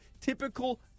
typical